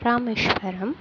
Rameswaram